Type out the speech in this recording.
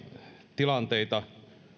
tilanteita